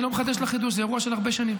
אני לא מחדש לך חידוש, זה אירוע של הרבה שנים.